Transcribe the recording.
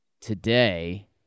Today